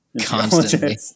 constantly